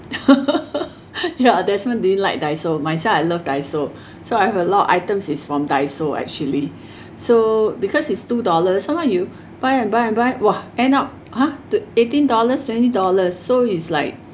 ya desmond didn't like Daiso myself I love Daiso so I have a lot of items is from Daiso actually so because it's two dollars somehow you buy and buy and buy !wah! end up !huh! to eighteen dollars twenty dollars so is like